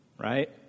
right